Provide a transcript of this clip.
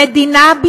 המדינה,